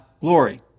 glory